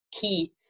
key